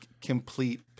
complete